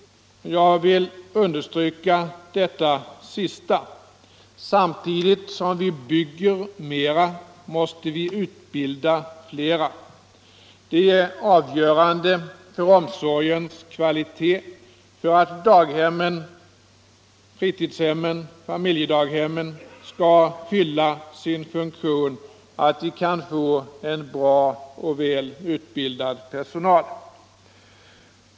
Jag vill understryka detta sista. Samtidigt som vi bygger mera, måste vi utbilda flera. Det är avgörande för omsorgens kvalitet - för att daghemmen, fritidshemmen och familjedaghemmen skall fyha sin funktion — att vi kan få en bra och väl utbildad personal.